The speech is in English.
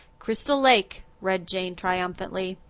crystal lake, read jane triumphantly.